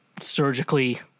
surgically